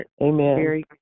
Amen